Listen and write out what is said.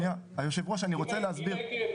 היושב ראש, אני רוצה להסביר.